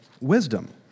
wisdom